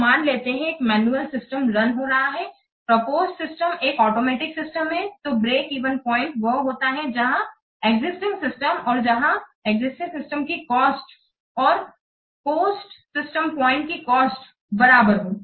तो मान लेते हैं एक मैनुअल सिस्टम रन हो रहा है प्रपोज सिस्टम एक ऑटोमेटिक सिस्टम है तो ब्रेक इवन प्वाइंट वह होता है जहां एक्जिस्टिंग सिस्टम और जहां एक्जिस्टिंग सिस्टम की कॉस्ट और पोस्ट सिस्टम पॉइंट की कॉस्ट बराबर हो